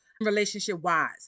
relationship-wise